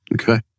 Okay